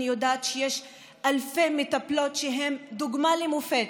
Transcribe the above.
אני יודעת שיש אלפי מטפלות שהן דוגמה ומופת